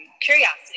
curiosity